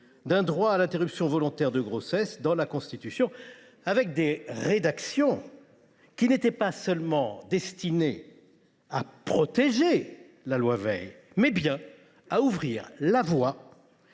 d’un droit à l’interruption volontaire de grossesse dans la Constitution, avec des rédactions qui n’étaient pas seulement destinées à protéger la loi Veil, mais qui visaient aussi à ouvrir la voie